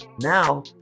now